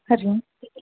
हरिः ओम्